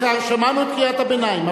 שמענו את קריאת הביניים.